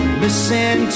listen